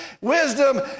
Wisdom